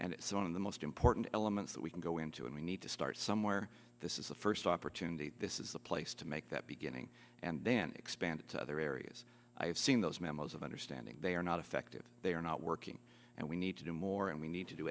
and it's one of the most important elements that we can go into and we need to start somewhere this is the first opportunity this is the place to make that beginning and then expand it to other areas i have seen those memos of understanding they are not effective they are not working and we need to do more and we need to do